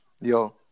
Yo